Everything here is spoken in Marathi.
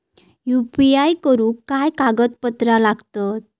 यू.पी.आय करुक काय कागदपत्रा लागतत?